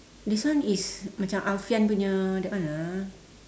this one is macam alfian punya that one lah